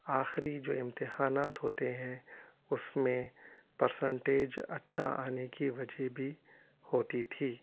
آخری جو امتحانات ہوتے ہیں اس میں پرسینٹیج اچھا آنے کی وجہ بھی ہوتی تھی